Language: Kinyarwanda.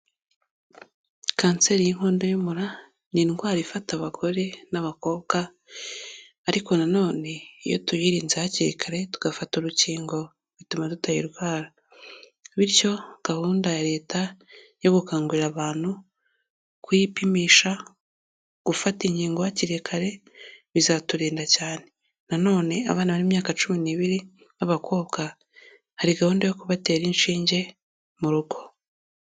Kanseri y'inkondo y'umura ni indwara ifata abagore n'abakobwa, ariko nanone iyo tuyirinze hakiri kare tugafata urukingo, bituma tutayirwara. Bityo gahunda ya leta yo gukangurira abantu kuyipimisha, gufata inkingo hakiri kare bizaturinda cyane. Nanone abana b'imyaka cumi n'ibiri b'abakobwa, hari gahunda yo kubatera inshinge mu rugo.